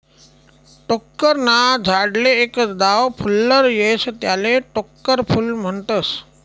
टोक्कर ना झाडले एकच दाव फुल्लर येस त्याले टोक्कर फूल म्हनतस